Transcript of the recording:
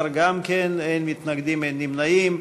בעד, 14 גם כן, אין מתנגדים, אין נמנעים.